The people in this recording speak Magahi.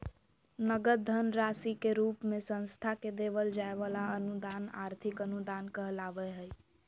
नगद धन राशि के रूप मे संस्था के देवल जाय वला अनुदान आर्थिक अनुदान कहलावय हय